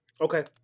Okay